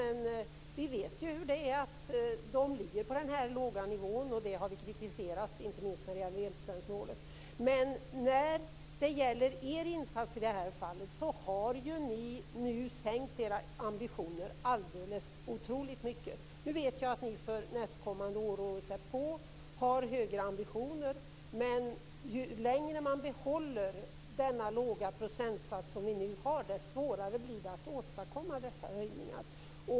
Men vi vet ju att den ligger på den här låga nivån. Det har vi kritiserat, inte minst när det gäller enprocentsmålet. Men när det gäller er insats i det här fallet har ni nu sänkt era ambitioner alldeles otroligt mycket. Jag vet att ni för nästkommande år och året därpå har högre ambitioner, men ju längre man behåller den låga procentsats som vi har nu, desto svårare blir det att åstadkomma dessa höjningar.